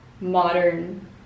modern